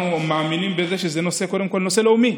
אנחנו מאמינים שזה קודם כול נושא לאומי.